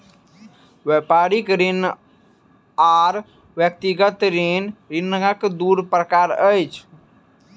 व्यापारिक ऋण आर व्यक्तिगत ऋण, ऋणक दू प्रकार अछि